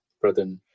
Brother